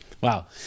Wow